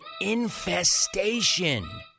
infestation